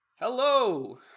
hello